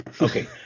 Okay